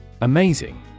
Amazing